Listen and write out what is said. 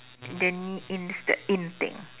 the n~ it's the in thing